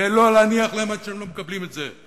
ולא להניח להם עד שהם לא מקבלים את זה.